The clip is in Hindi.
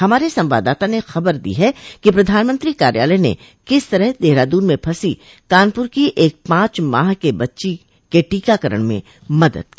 हमारे संवाददाता ने खबर दी है कि प्रधानमंत्री कार्यालय ने किस तरह देहरादून में फंसी कानपुर की एक पांच माह के बच्ची के टीकाकरण में मदद की